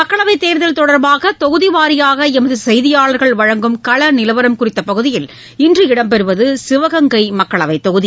மக்களவைத் தேர்தல் தொடர்பாக தொகுதி வாரியாக எமது செய்தியாளர்கள் வழங்கும் கள நிலவரம் குறித்த பகுதியில் இன்று இடம்பெறுவது சிவகங்கை மக்களவைத் தொகுதி